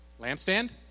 Lampstand